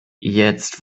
jetzt